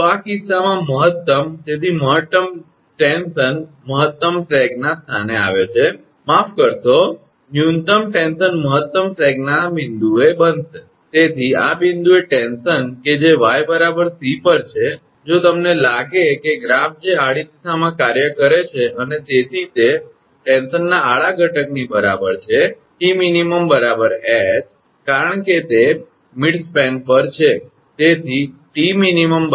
તો આ કિસ્સામાં મહત્તમ તેથી મહત્તમ ટેન્શન મહત્તમ સેગના સ્થાને આવે છે માફ કરશો ન્યૂનતમ ટેન્શન મહત્તમ સેગના બિંદુએ બનશે તેથી આ બિંદુએ ટેન્શન કે જે 𝑦 𝑐 પર છે જો તમને લાગે કે ગ્રાફ જે આડી દિશામાં કાર્ય કરે છે અને તેથી તે ટેન્શનના આડા ઘટકની બરાબર છે 𝑇𝑚𝑖𝑛 𝐻 કારણ કે તે મિડસ્પેન પર છે